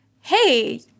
hey